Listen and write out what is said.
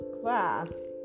class